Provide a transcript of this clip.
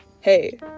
hey